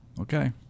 okay